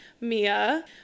Mia